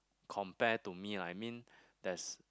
compare to me lah I mean there's